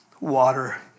water